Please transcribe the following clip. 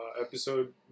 episode